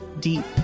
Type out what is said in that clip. deep